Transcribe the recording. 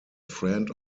friend